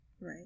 right